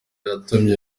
yatumye